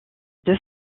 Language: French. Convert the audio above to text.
deux